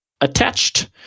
attached